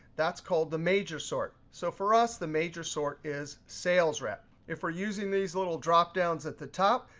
that's called the major sort. so for us, the major sort is sales rep. if we're using these little drop downs at the top,